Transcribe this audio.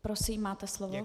Prosím, máte slovo.